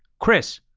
chris,